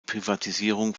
privatisierung